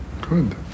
Good